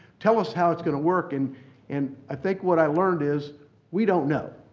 tell us how it's going to work and and i think what i learned is we don't know,